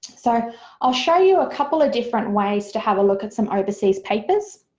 so i'll show you a couple of different ways to have a look at some overseas papers,